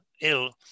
ill